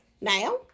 now